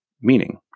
meaning